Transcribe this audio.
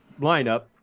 lineup